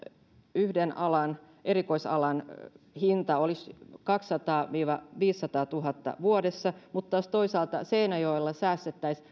yhden uuden erikoisalan hinta olisi kahdessasadassatuhannessa viiva viidessäsadassatuhannessa vuodessa mutta taas toisaalta seinäjoella säästettäisiin